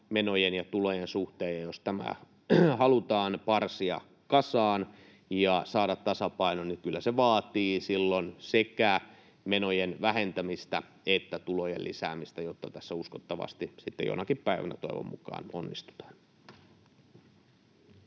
menojen ja tulojen suhteen. Jos tämä halutaan parsia kasaan ja saada tasapainoon, niin kyllä se vaatii silloin sekä menojen vähentämistä että tulojen lisäämistä, jotta tässä uskottavasti sitten jonakin päivänä toivon mukaan onnistutaan.